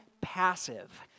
passive